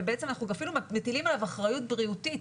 ובעצם אנחנו אפילו מטילים עליו אחריות בריאותית,